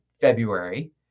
February